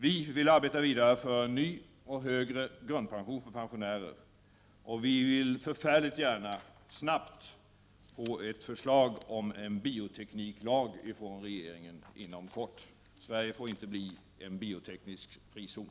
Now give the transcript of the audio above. Vi i centern vill arbeta vidare för en ny och högre grundpension för pensionärer, och vi vill mycket gärna snabbt få ett förslag från regeringen om en biotekniklag. Sverige får inte bli en bioteknisk frizon.